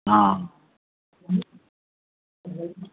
हँ